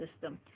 system